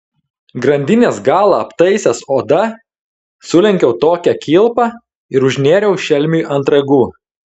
grandinės galą aptaisęs oda sulenkiau tokią kilpą ir užnėriau šelmiui ant ragų